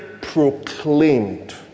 proclaimed